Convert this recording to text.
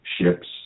ships